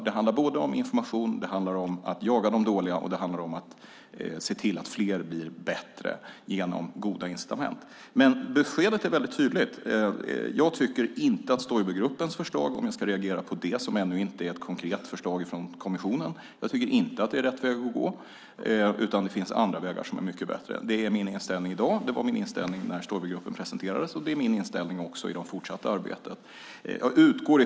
Det handlar om såväl information som att jaga de dåliga och se till att fler blir bättre genom goda incitament. Beskedet är tydligt. Jag tycker inte att Stoibergruppens förslag, om jag ska reagera på något som ännu inte är ett konkret förslag från kommissionen, är rätt väg att gå. Det finns andra vägar som är mycket bättre. Det är min inställning i dag, det var min inställning när Stoibergruppens förslag presenterades och det är min inställning även i det fortsatta arbetet.